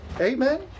Amen